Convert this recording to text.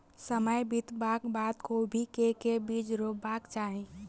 समय बितबाक बाद कोबी केँ के बीज रोपबाक चाहि?